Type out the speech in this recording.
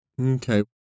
Okay